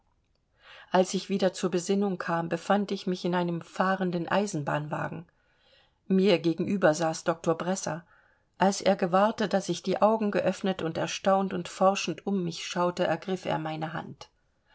als ich wieder zur besinnung kam befand ich mich in einem fahrenden eisenbahnwagen mir gegenüber saß doktor bresser als er gewahrte daß ich die augen geöffnet und erstaunt und forschend um mich schaute ergriff er meine hand